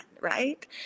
right